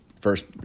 first